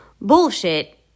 bullshit